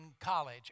college